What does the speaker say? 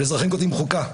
של אזרחים כותבים חוקה.